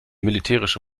militärische